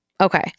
okay